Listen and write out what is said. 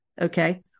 okay